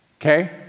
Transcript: okay